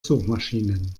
suchmaschinen